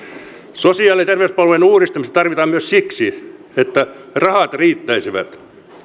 sosiaali ja terveyspalvelujen uudistamista tarvitaan myös siksi että rahat riittäisivät